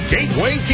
Gateway